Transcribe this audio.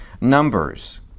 numbers